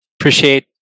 appreciate